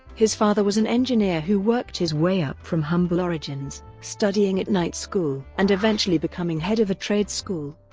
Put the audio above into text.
his father was an engineer who worked his way up from humble origins, studying at night school and eventually becoming head of a trade school.